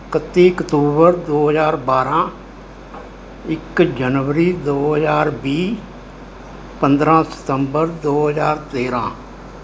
ਇਕੱਤੀ ਅਕਤੂਬਰ ਦੋ ਹਜ਼ਾਰ ਬਾਰ੍ਹਾਂ ਇੱਕ ਜਨਵਰੀ ਦੋ ਹਜ਼ਾਰ ਵੀਹ ਪੰਦਰਾਂ ਸਤੰਬਰ ਦੋ ਹਜ਼ਾਰ ਤੇਰ੍ਹਾਂ